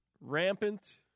Rampant